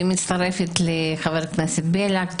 מצטרפת לחבר הכנסת בליאק,